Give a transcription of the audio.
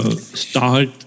start